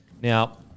now